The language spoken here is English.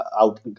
out